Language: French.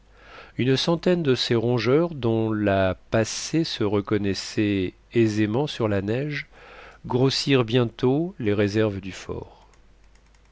une centaine de ces rongeurs dont la passée se reconnaissait aisément sur la neige grossirent bientôt les réserves du fort